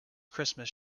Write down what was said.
christmas